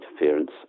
interference